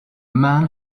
man